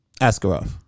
Askarov